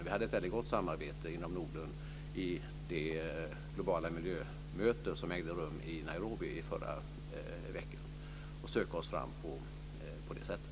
Vi hade ett väldigt gott samarbete inom Norden i det globala miljömöte som ägde rum i Nairobi i förra veckan om att söka oss fram på det sättet.